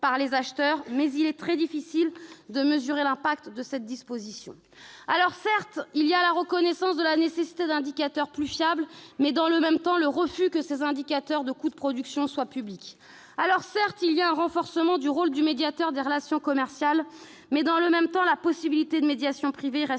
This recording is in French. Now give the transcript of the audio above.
par les acheteurs, mais il est très difficile de mesurer l'impact de cette disposition. Certes, il y a la reconnaissance de la nécessité d'indicateurs plus fiables, mais il y a aussi, dans le même temps, le refus que les indicateurs de coûts de production soient publics. Certes, il y a un renforcement du rôle du médiateur des relations commerciales, mais, dans le même temps, la possibilité de médiation privée reste